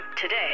today